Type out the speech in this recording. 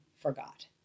forgot